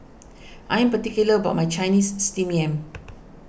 I am particular about my Chinese Steamed Yam